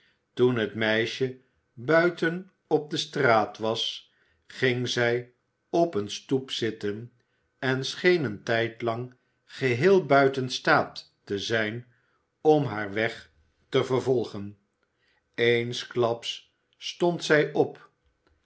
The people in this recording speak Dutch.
toen het meisje buiten op de straat was ging zij op eene stoep zitten en scheen een tijdlang geheel buiten staat te zijn om haar weg te vervolgen eensklaps stond zij op